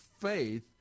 faith